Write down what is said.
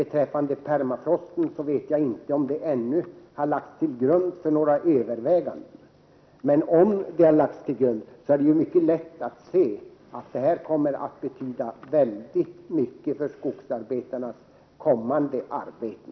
Beträffande permafrosten vet jag inte om det problemet ännu har legat till grund för några överväganden. Men om så har varit fallet, är det ju mycket lätt att se att detta kommer att vara av väldigt stor betydelse för skogsarbetarnas kommande arbeten.